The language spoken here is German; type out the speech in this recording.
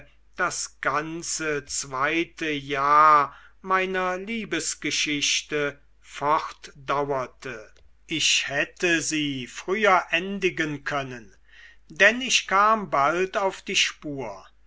das ganze zweite jahr meiner liebesgeschichte fortdauerte ich hätte sie früher endigen können denn ich kam bald auf die spur